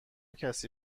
کسی